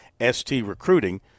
STrecruiting